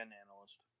analyst